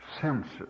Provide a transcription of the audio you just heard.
senses